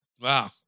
Wow